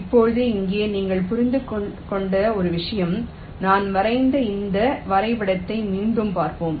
இப்போது இங்கே நீங்கள் புரிந்துகொண்ட ஒரு விஷயம் நான் வரைந்த இந்த வரைபடத்தை மீண்டும் பார்ப்போம்